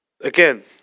again